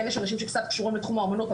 כן יש אנשים שקצת קשורים בתחום האומנות,